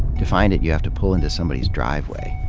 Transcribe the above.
to find it you have to pull into somebody's driveway.